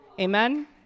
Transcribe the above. Amen